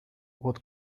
what